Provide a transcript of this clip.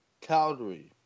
Calgary